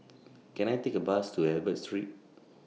Can I Take A Bus to Albert Street